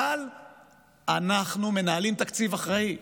אבל אנחנו מנהלים תקציב אחראי.